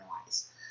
otherwise